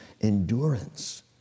endurance